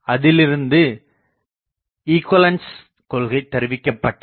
அதிலிருந்து இகுவளென்ஸ் கொள்கை தருவிக்கப்பட்டது